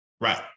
Right